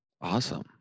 Awesome